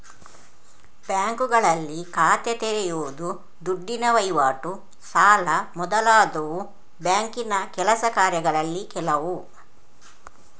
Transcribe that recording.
ಬ್ಯಾಂಕುಗಳಲ್ಲಿ ಖಾತೆ ತೆರೆಯುದು, ದುಡ್ಡಿನ ವೈವಾಟು, ಸಾಲ ಮೊದಲಾದವು ಬ್ಯಾಂಕಿನ ಕೆಲಸ ಕಾರ್ಯಗಳಲ್ಲಿ ಕೆಲವು